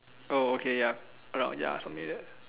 oh okay ya about ya something that